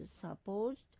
supposed